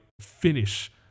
finish